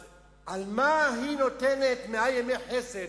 אז על מה היא נותנת מאה ימי חסד,